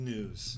News